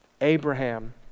Abraham